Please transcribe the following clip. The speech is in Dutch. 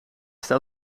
staat